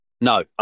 no